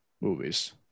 movies